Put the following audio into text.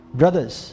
brothers